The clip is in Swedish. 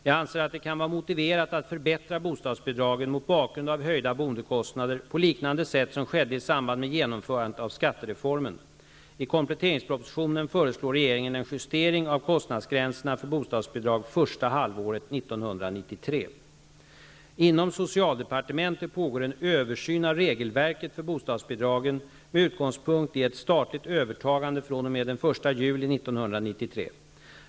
Jag anser att det kan vara motiverat att förbättra bostadsbidragen mot bakgrund av höjda boendekostnader på liknande sätt som skedde i samband med genomförandet av skattereformen. I Inom socialdepartmentet pågår en översyn av regelverket för bostadsbidragen med utgångspunkt i ett statligt övertagande fr.o.m. den 1 juli 1993.